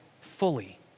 fully